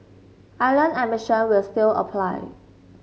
island admission will still apply